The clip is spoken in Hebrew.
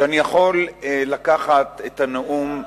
שאני יכול לקחת את הנאום,